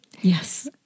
Yes